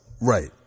Right